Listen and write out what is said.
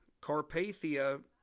Carpathia